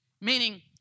Meaning